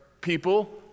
people